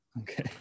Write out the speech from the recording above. okay